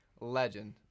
legend